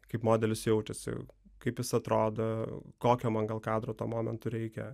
kaip modelis jaučiasi kaip jis atrodo kokio man gal kadro tuo momentu reikia